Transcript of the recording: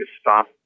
stop